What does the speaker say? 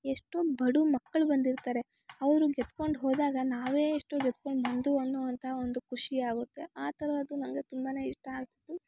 ಎಷ್ಟೋ ಬಡವ ಮಕ್ಳು ಬಂದಿರ್ತಾರೆ ಅವರು ಗೆದ್ಕೊಂಡು ಹೋದಾಗ ನಾವೇ ಎಷ್ಟೋ ಗೆದ್ಕೊಂಡು ಬಂತು ಅನ್ನೋ ಅಂತ ಒಂದು ಖುಷಿ ಆಗುತ್ತೆ ಆ ಥರದ್ದು ನಂಗೆ ತುಂಬಾ ಇಷ್ಟ ಆಗ್ತಿತ್ತು